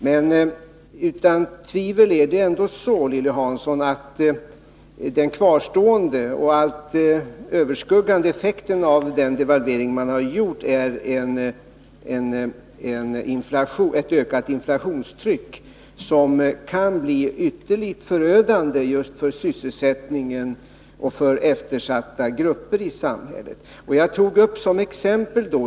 Det är utan tvivel ändå så, Lilly Hansson, att den kvarstående och allt överskuggande effekten av den devalvering man har gjort är ett ökat inflationstryck som kan bli ytterligt förödande för sysselsättningen och för eftersatta grupper i samhället. Jag anförde ett exempel.